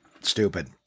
Stupid